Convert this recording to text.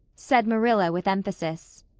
said marilla with emphasis.